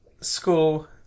school